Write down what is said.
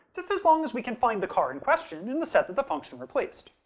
just as long as we can find the car in question and in the set that the function replaced.